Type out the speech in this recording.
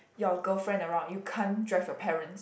your girlfriend around you can't drive your parents